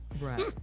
Right